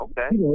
Okay